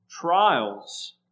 Trials